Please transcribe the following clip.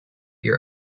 your